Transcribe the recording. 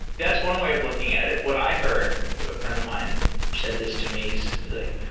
that's one way of looking at it. what i heard, a friend of mine said this to me. he's like,